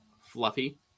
Fluffy